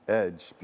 edge